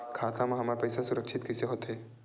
खाता मा हमर पईसा सुरक्षित कइसे हो थे?